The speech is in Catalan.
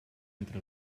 entre